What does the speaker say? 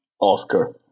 Oscar